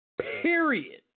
period